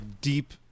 deep